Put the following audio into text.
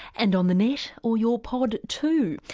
and on the net or your pod too.